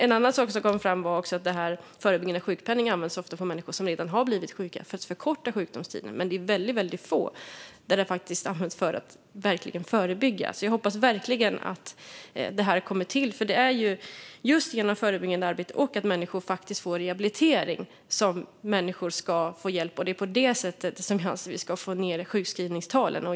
En annan sak som kom fram var att förebyggande sjukpenning ofta används för människor som redan har blivit sjuka för att förkorta sjukdomstiden. Men det är väldigt få fall där den faktiskt används för att verkligen förebygga. Därför hoppas jag verkligen att detta kommer på plats. Det är nämligen just genom förebyggande arbete och rehabilitering som människor ska få hjälp. Det är på det sättet som vi ska få ned sjukskrivningstalen.